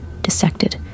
dissected